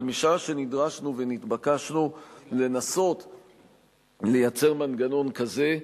אבל משעה שנדרשנו ונתבקשנו לנסות לייצר מנגנון כזה,